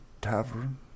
Tavern